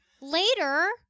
Later